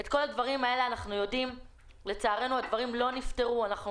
את כל הדברים האלה אנחנו יודעים - ולצערנו הדברים לא נפתרו ואנחנו